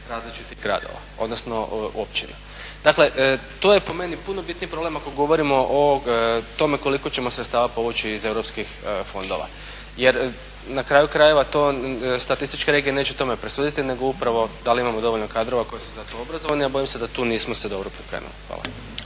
različitih gradova, odnosno općina. Dakle, to je po meni puno bitniji problem ako govorimo o tome koliko ćemo sredstava povući iz europskih fondova. Jer na kraju krajeva to, statističke regije neće tome presuditi, nego upravo da li imamo dovoljno kadrova koji su za to obrazovani, a bojim se da tu nismo se dobro pripremili. Hvala.